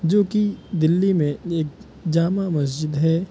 جو کہ دلی میں ایک جامع مسجد ہے